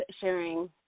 sharing